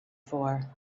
for